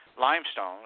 limestone